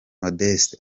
modeste